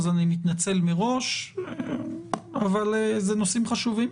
אז אני מתנצל מראש אבל אלה נושאים חשובים,